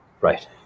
right